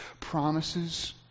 promises